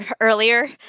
earlier